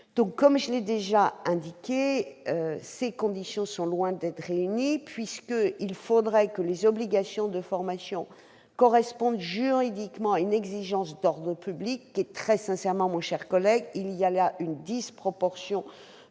Comme je l'ai déjà indiqué, ces conditions sont loin d'être réunies : il faudrait que l'obligation de formation corresponde juridiquement à une exigence d'ordre public. Très sincèrement, mon cher collègue, les obligations